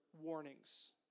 warnings